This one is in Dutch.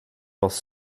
was